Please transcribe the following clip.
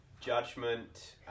judgment